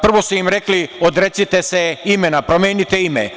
Prvo su im rekli odrecite se imena, promenite ime.